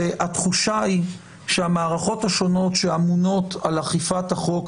והתחושה היא שהמערכות השונות שאמונות על אכיפת החוק,